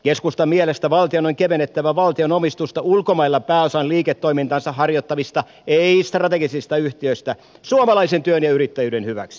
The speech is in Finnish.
keskustan mielestä valtion on kevennettävä valtion omistusta ulkomailla pääosan liiketoimintansa harjoittavista ei strategisista yhtiöistä suomalaisen työn ja yrittäjyyden hyväksi